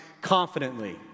confidently